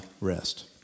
rest